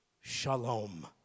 shalom